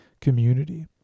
community